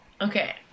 Okay